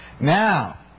Now